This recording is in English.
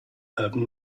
have